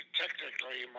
technically